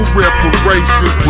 reparations